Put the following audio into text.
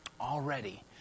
already